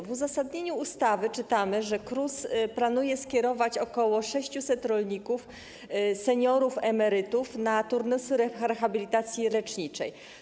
W uzasadnieniu ustawy czytamy, że KRUS planuje skierować ok. 600 rolników seniorów emerytów na turnusy rehabilitacji leczniczej.